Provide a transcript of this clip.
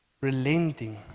relenting